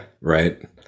right